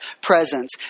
presence